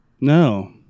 No